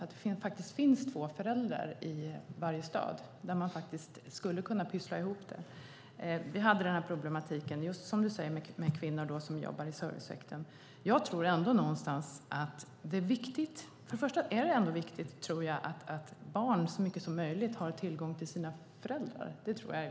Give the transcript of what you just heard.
Då finns det två föräldrar i varsin stad, och man skulle kunna pyssla ihop det. Vi hade den problematik som Eva Olofsson nämner med kvinnor som jobbade i servicesektorn. Jag tror ändå att det är viktigt att barn så mycket som möjligt har tillgång till sina föräldrar.